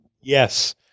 Yes